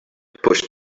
pushed